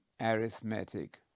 arithmetic